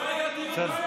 לא יהיה דיון.